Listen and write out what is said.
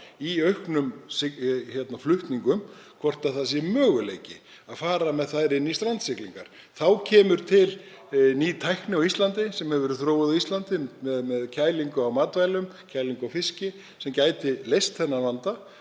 í auknum flutningum, hvort það sé möguleiki að fara með þá í strandsiglingar. Þá kemur til ný tækni sem þróuð hefur verið á Íslandi til kælingar á matvælum, kælingar á fiski, sem gæti leyst þennan vanda.